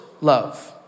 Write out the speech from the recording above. love